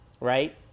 right